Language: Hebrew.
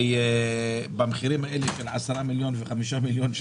במחירים האלה 5 מיליון,